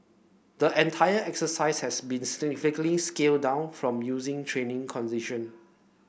the entire exercise has been significantly scaled down from using training condition